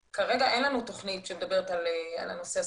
כרגע אין לנו תוכנית שמדברת על הנושא הספציפי.